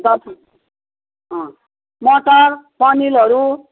ए दस मटर पनिरहरू